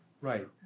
right